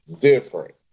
different